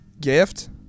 Gift